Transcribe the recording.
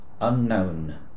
unknown